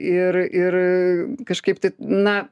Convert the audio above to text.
ir ir kažkaip tai na